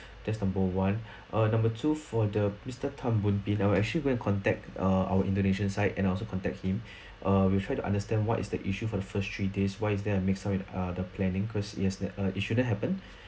that's number one err number two for the mister tan boon bin I'll actually go and contact err our indonesian side and I'll also contact him err we'll try to understand what is the issue for the first three days why is there a mix up in uh the planning cause yes that it shouldn't happen